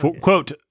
Quote